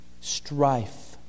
strife